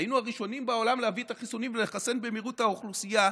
היינו הראשונים בעולם להביא את החיסונים ולחסן במהירות את האוכלוסייה,